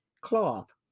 cloth